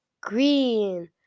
green